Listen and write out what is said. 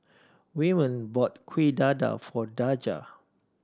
Wyman bought Kuih Dadar for Daja